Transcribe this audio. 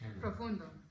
Profundo